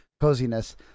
coziness